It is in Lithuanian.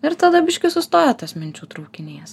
ir tada biškį sustoja tas minčių traukinys